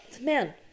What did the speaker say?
man